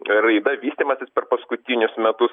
raida vystymasis per paskutinius metus